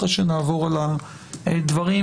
אחרי שנעבור על הדברים,